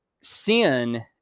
sin